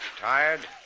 Tired